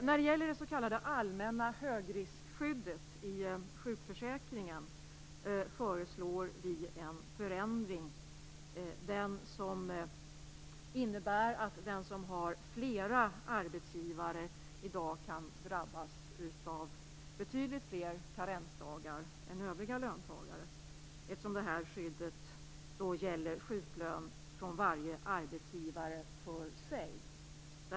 När det gäller det s.k. allmänna högriskskyddet i sjukförsäkringen föreslår vi en förändring. Den som har flera arbetsgivare kan i dag drabbas av betydligt fler karensdagar än övriga löntagare, eftersom det här skyddet gäller sjuklön från varje arbetsgivare för sig.